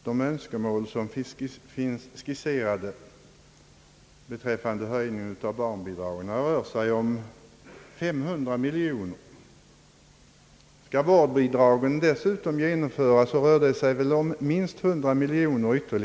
De önskemål som har skisserats beträffande höjning av barnbidragen belöper sig till 500 miljoner kronor. Om dessutom vårdnadsbidragen skall införas, tillkommer minst 100 miljoner kronor.